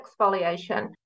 exfoliation